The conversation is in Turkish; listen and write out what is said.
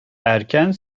erken